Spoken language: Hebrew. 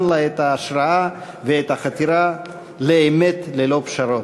לה את ההשראה ואת החתירה לאמת ללא פשרות.